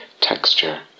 texture